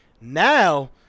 Now